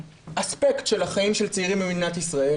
אספקט של החיים של צעירים במדינת ישראל.